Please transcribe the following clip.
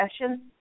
session